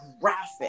graphic